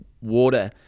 water